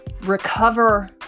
recover